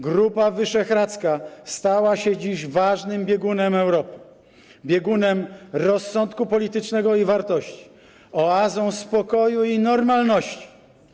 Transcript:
Grupa Wyszehradzka stała się dziś ważnym biegunem Europy, biegunem rozsądku politycznego i wartości, oazą spokoju i normalności.